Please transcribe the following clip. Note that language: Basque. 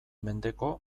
mendeko